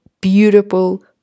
beautiful